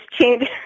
change